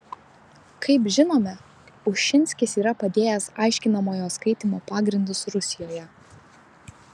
kaip žinome ušinskis yra padėjęs aiškinamojo skaitymo pagrindus rusijoje